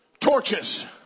torches